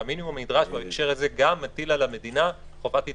והמינימום הנדרש בהקשר הזה גם מטיל על המדינה חובת התארגנות,